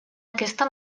aquesta